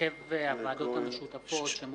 ש"ס כן